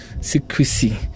secrecy